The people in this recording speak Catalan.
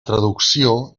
traducció